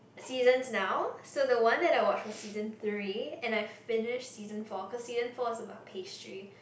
seasons now so the one that I watch was season three and I've finished season four because season four is about pastry